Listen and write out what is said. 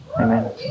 Amen